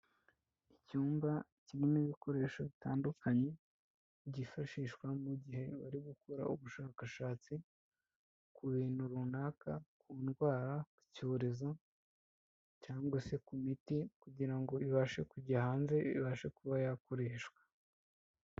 Icyumba kirimo ibikoresho bitandukanye byifashishwa mu gihe bari gukora ubushakashatsi ku bintu runaka ku ndwara, icyorezo cyangwa se ku miti kugira ngo ibashe kujya hanze, ibashe kuba yakoreshwa.